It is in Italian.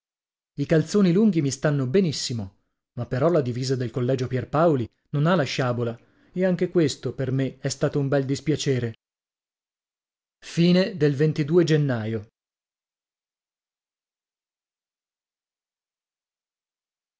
i calzoni lunghi mi stanno benissimo ma però la divisa del collegio pierpaoli non ha sciabola e anche questo per me è stato un bel dispiacere gennaio